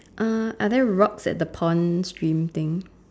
uh are there rocks at the pond stream thing